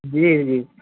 जी जी